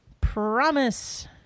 promise